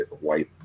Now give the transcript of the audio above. white